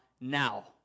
now